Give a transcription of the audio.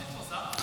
יש שר?